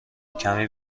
کمی